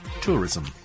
tourism